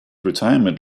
retirement